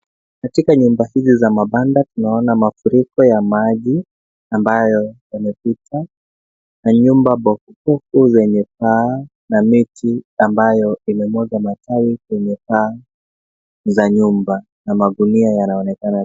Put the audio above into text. Katika nyumba hizi za mabanda tunaona mafuriko ya maji amabayo yamepita na nyumba bofubofu zenye paa na miti ambayo imemwaga matawi kwenye paa za nyumba na magunia yanaonekana.